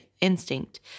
instinct